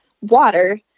water